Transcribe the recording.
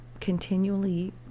continually